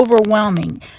overwhelming